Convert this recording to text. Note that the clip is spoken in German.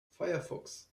firefox